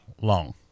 long